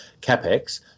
capex